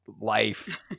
life